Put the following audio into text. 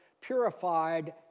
purified